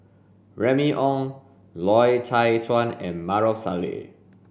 Remy Ong Loy Chye Chuan and Maarof Salleh